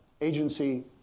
agency